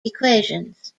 equations